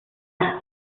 bald